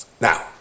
Now